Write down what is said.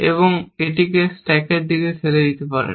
এবং এটিকে স্ট্যাকের দিকে ঠেলে দিতে পারেন